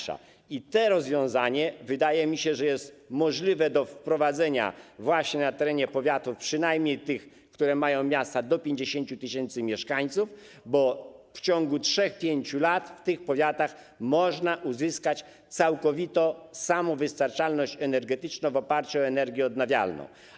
Wydaje mi się, że to rozwiązanie jest możliwe do wprowadzenia właśnie na terenie powiatów, przynajmniej tych, które mają miasta do 50 tys. mieszkańców, bo w ciągu 3-5 lat w tych powiatach można uzyskać całkowitą samowystarczalność energetyczną w oparciu o energię odnawialną.